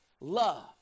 love